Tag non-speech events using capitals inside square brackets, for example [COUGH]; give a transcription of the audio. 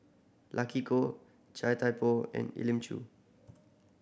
Luck Koh Chia Thye Poh and Elim Chew [NOISE]